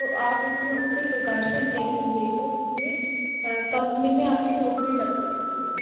तो आप उसमें उसी प्रकार से इंटरव्यू दे कर उसमें कम्पनी में आपकी नौकरी लग सकती है